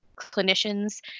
clinicians